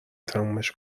تمومش